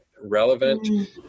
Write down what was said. relevant